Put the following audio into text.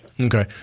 Okay